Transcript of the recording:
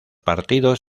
partidos